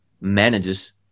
manages